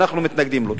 ואנחנו מתנגדים לו.